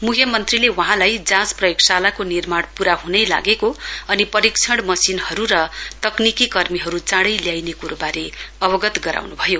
मुख्यमन्त्रीले वहाँलाई जाँच प्रयोगशालाको निर्माण हुनैलागेको अनि परीक्षण मशिनहरु र तकनिकीकर्मीहरु चाँडै ल्याइने कुरोवारे अवगत गराउनुभयो